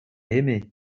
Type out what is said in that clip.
aimé